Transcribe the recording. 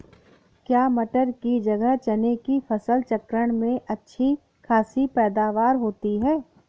क्या मटर की जगह चने की फसल चक्रण में अच्छी खासी पैदावार होती है?